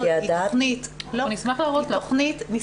נשמח להראות לכם את התוכנית החדשה, לשתף אתכם.